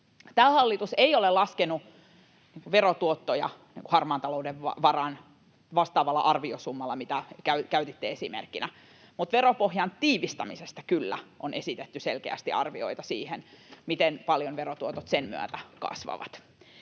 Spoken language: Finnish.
Tämä hallitus ei ole laskenut verotuottoja harmaan talouden varaan vastaavalla arviosummalla, mitä käytitte esimerkkinä, mutta veropohjan tiivistämisestä kyllä on esitetty selkeästi arvioita, siitä, miten paljon verotuotot sen myötä kasvavat.